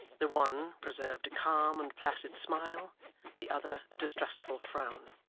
the one preserved a calm and placid smile the other, a distrustful frown.